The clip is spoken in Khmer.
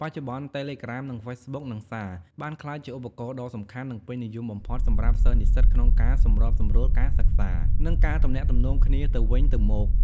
បច្ចុប្បន្ន តេឡេក្រាម និង ហ្វេសបុក និង សារ បានក្លាយជាឧបករណ៍ដ៏សំខាន់ និងពេញនិយមបំផុតសម្រាប់សិស្សនិស្សិតក្នុងការសម្របសម្រួលការសិក្សា និងការទំនាក់ទំនងគ្នាទៅវិញទៅមក។